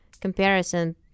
comparison